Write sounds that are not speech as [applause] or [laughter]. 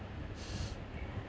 [noise]